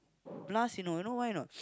last you know you know why or not